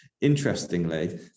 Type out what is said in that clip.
interestingly